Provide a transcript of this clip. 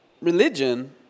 Religion